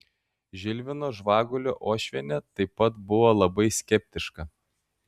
žilvino žvagulio uošvienė taip pat buvo labai skeptiška